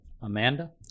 Amanda